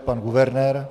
Pan guvernér.